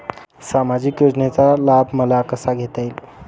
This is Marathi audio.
सामाजिक योजनेचा लाभ मला कसा घेता येईल?